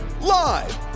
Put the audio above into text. Live